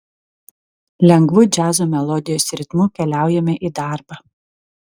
lengvu džiazo melodijos ritmu keliaujame į darbą